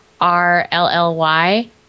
R-L-L-Y